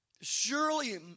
surely